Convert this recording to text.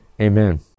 Amen